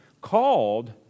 called